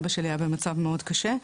אבא שלי היה במצב מאוד קשה,